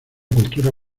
cultura